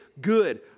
good